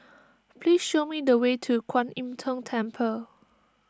please show me the way to Kuan Im Tng Temple